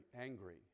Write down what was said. angry